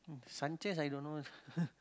mm Sanchez I don't know